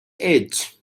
age